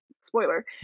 spoiler